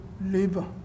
live